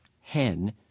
hen